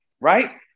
Right